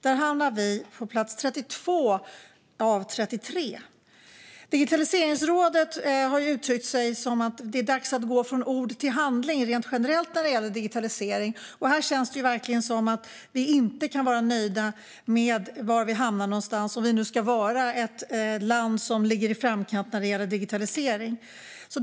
Där hamnade vi i Sverige på plats 32 av 33. Digitaliseringsrådet har uttryckt att det är dags att gå från ord till handling rent generellt när det gäller digitalisering. Här känns det verkligen som att vi inte kan vara nöjda med var vi har hamnat om vi nu ska vara ett land som ligger i framkant när det gäller digitalisering.